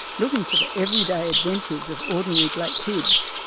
looking for the everyday adventures of ordinary black kids,